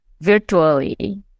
virtually